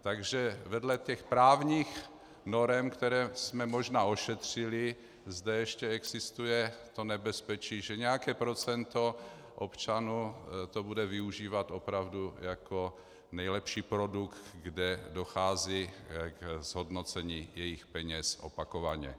Takže vedle právních norem, které jsme možná ošetřili, zde ještě existuje nebezpečí, že nějaké procento občanů to bude využívat opravdu jako nejlepší produkt, kde dochází k zhodnocení jejich peněz opakovaně.